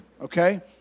okay